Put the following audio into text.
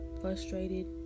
frustrated